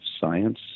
science